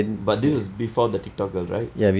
but this was before the TikTok girl right